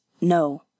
No